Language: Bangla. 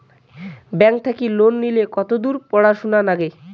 ব্যাংক থাকি লোন নিলে কতদূর পড়াশুনা নাগে?